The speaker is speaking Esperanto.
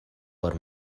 por